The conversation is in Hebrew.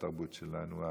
בתרבות שלנו,